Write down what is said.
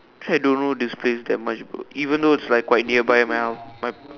actually I don't know this place that much bro even though it's like quite nearby my house my